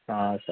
సరే